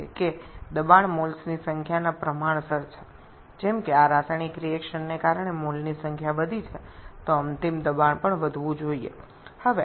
যেহেতু এই রাসায়নিক বিক্রিয়াটির কারণে বেশ কয়েকটি মোল সংখ্যা বেড়েছে তাই চূড়ান্ত চাপটিও বৃদ্ধি পাওয়া উচিত